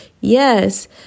Yes